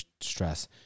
stress